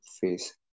face